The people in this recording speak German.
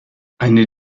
eine